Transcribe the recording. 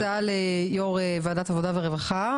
יש לי הצעה ליו"ר ועדת העבודה והרווחה,